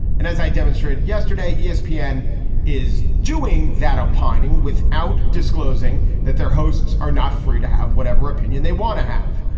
and as i demonstrated yesterday yeah espn yeah is doing that opining without disclosing that their hosts are not free to have whatever opinion they want to have.